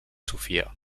sofia